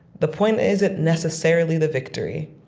the point isn't necessarily the victory.